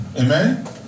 Amen